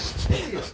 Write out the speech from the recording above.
actually